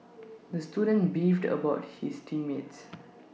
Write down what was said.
the student beefed about his team mates